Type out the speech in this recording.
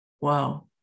Wow